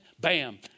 Bam